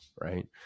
right